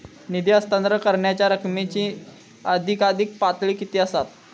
निधी हस्तांतरण करण्यांच्या रकमेची अधिकाधिक पातळी किती असात?